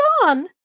gone